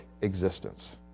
existence